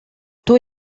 tous